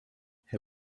hij